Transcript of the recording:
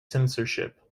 censorship